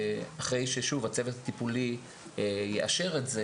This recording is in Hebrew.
שוב, אחרי שהצוות הטיפולי יאשר את זה